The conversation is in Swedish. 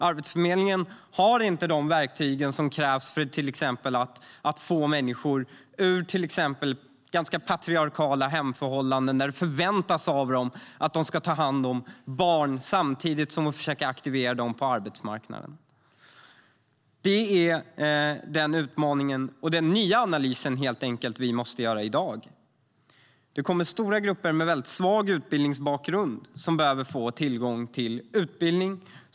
Arbetsförmedlingen har inte de verktyg som krävs för att till exempel få ut människor ur ganska patriarkala hemförhållanden där det förväntas av dem att de ska ta hand om barn samtidigt som man försöker aktivera dem på arbetsmarknaden. Det är utmaningen i dag: Vi måste göra en ny analys. Det kommer stora grupper med väldigt svag utbildningsbakgrund, som behöver få tillgång till utbildning.